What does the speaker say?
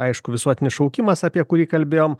aišku visuotinis šaukimas apie kurį kalbėjom